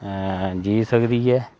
जी सकदी ऐ